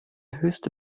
höchste